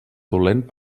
dolent